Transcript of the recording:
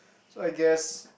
so I guess